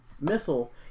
missile